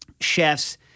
chefs